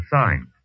sign